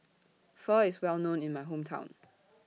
Pho IS Well known in My Hometown